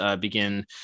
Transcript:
begin